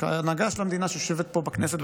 ההנהגה של המדינה שיושבת פה בכנסת.